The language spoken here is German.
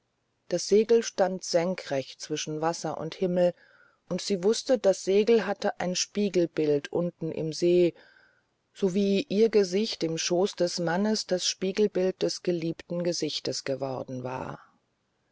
das segel stand senkrecht zwischen wasser und himmel und sie wußte das segel hatte ein spiegelbild unten im see so wie ihr gesicht im schoß des mannes das spiegelbild des geliebten gesichtes geworden war